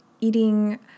eating